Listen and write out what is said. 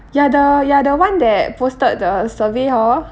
you are the you are the one that posted the survey hor